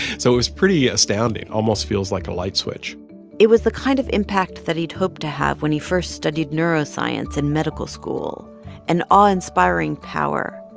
so it was pretty astounding, almost feels like a light switch it was the kind of impact that he'd hoped to have when he first studied neuroscience in and medical school an awe-inspiring power.